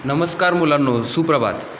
नमस्कार मुलांनो सुप्रभात